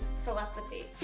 telepathy